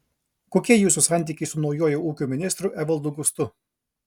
kokie jūsų santykiai su naujuoju ūkio ministru evaldu gustu